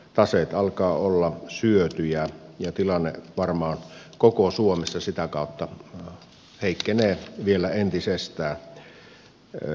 taseet alkavat olla syötyjä ja tilanne varmaan koko suomessa sitä kautta heikkenee vielä entisestään